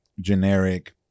generic